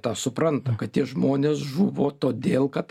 tą supranta kad tie žmonės žuvo todėl kad